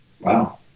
Wow